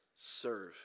serve